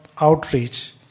outreach